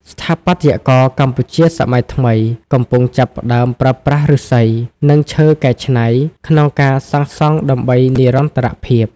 ស្ថាបត្យករកម្ពុជាសម័យថ្មី កំពុងចាប់ផ្ដើមប្រើប្រាស់ឫស្សី និងឈើកែច្នៃ ក្នុងការសាងសង់ដើម្បីនិរន្តរភាព។